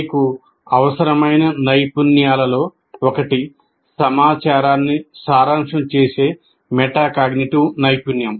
మీకు అవసరమైన నైపుణ్యాలలో ఒకటి సమాచారాన్ని సారాంశం చేసే మెటాకాగ్నిటివ్ నైపుణ్యం